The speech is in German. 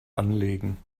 anlegen